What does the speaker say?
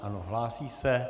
Ano, hlásí se.